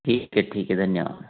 ठीक है ठीक है धन्यवाद